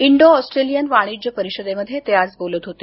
Indo Australian वाणिज्य परिषदेमध्ये ते आज बोलत होते